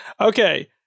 Okay